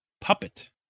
Puppet